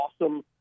awesome